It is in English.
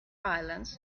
islands